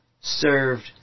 served